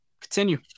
Continue